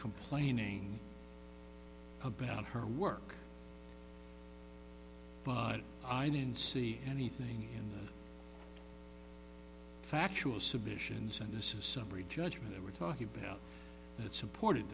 complaining about her work but i didn't see anything in the factual submissions and this is a summary judgment that we're talking about that supported